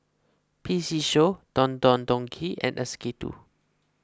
P C Show Don Don Donki and S K two